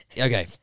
Okay